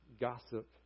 gossip